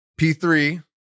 p3